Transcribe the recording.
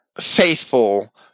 faithful